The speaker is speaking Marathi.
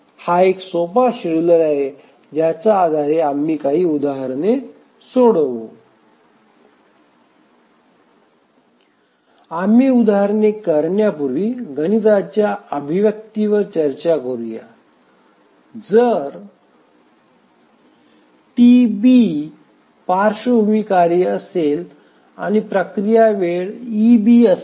हा एक सोपा शेड्युलर आहे ज्याच्या आधारे आम्ही काही उदाहरणे सोडवू आम्ही उदाहरणे करण्यापूर्वी गणिताच्या अभिव्यक्तीवर चर्चा करूया जर T B पार्श्वभूमी कार्य असेल आणि प्रक्रिया वेळ eB असेल